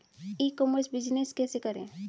ई commerce business कैसे करें?